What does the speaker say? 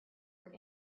were